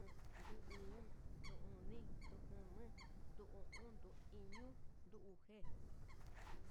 Nan ndu uu, ndu oni, ndu jama ndu o'on, ndu iño, ndu uxe.